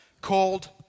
called